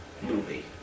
Movie